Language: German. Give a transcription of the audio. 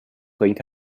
bringt